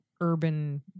urban